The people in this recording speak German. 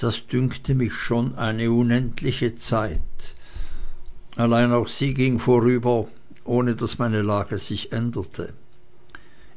das dünkte mich schon eine unendliche zeit allein auch sie ging vorüber ohne daß meine lage sich änderte